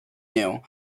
knew